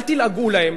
אל תלעגו להם.